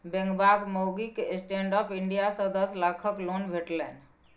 बेंगबाक माउगीक stand up India सँ दस लाखक लोन भेटलनि